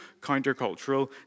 countercultural